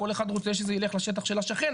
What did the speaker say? כל אחד רוצה שזה יילך לשטח של השכן,